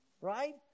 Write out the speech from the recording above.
right